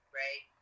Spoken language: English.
right